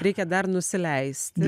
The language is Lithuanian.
reikia dar nusileisti